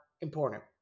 important